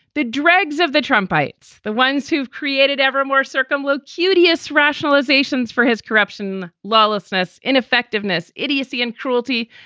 the dregs of the trump bites, the ones who've created ever more circum low, cutest rationalizations for his corruption, lawlessness, ineffectiveness, idiocy and cruelty.